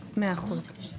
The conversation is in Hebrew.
המאוד חשוב